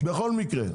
בכל מקרה.